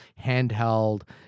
handheld